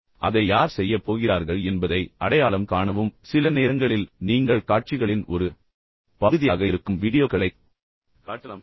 எனவே அதை யார் செய்யப் போகிறார்கள் என்பதை அடையாளம் காணவும் சில நேரங்களில் நீங்கள் காட்சிகளின் ஒரு பகுதியாக இருக்கும் வீடியோக்களைக் காட்டலாம்